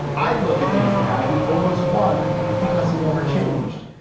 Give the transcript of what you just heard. i'd look at him as the guy who almost won because he never changed.